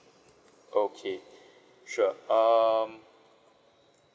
okay sure um